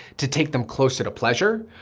to take them closer to pleasure,